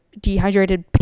dehydrated